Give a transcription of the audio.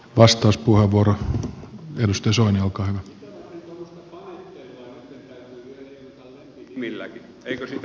vastauspuheenvuoro edustaja soini olkaa hyvä